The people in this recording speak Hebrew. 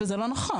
וזה לא נכון.